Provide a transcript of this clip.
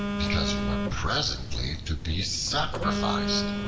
because you were presently to be sacrificed.